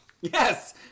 Yes